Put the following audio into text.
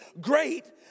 great